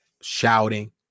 shouting